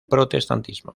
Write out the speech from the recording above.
protestantismo